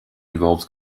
involves